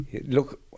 look